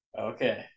Okay